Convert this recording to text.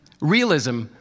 Realism